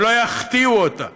ולא יחטיאו אותה,